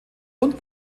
und